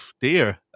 dear